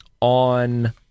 on